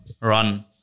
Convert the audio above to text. run